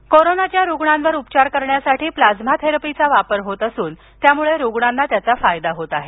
प्लाइमा कोरोनाच्या रुग्णांवर उपचार करण्यासाठी प्लाझ्मा थेरपीचा वापर होत असून त्यामुळे रुग्णांना त्याचा फायदा होत आहे